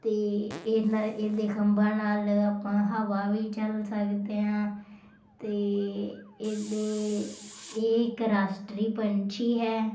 ਅਤੇ ਇਹਨ ਇਹ ਦੇ ਖੰਭਾਂ ਨਾਲ ਆਪਾਂ ਹਵਾ ਵੀ ਝੱਲ ਸਕਦੇ ਹਾਂ ਅਤੇ ਇਹਦੇ ਇਹ ਇੱਕ ਰਾਸ਼ਟਰੀ ਪੰਛੀ ਹੈ